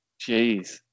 Jeez